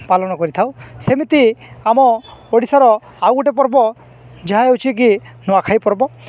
ପାଳନ କରିଥାଉ ସେମିତି ଆମ ଓଡ଼ିଶାର ଆଉ ଗୋଟେ ପର୍ବ ଯାହା ହେଉଛି କିି ନୂଆଖାଇ ପର୍ବ